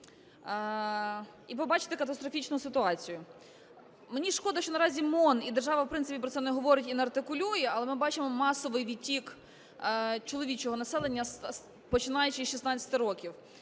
І побачите катастрофічну ситуацію. Мені шкода, що наразі МОН і держава, в принципі, про це не говорить і не артикулює, але ми бачимо масовий відтік чоловічого населення, починаючи з 16 років.